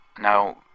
Now